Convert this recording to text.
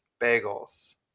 Bagels